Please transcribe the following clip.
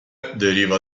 deriva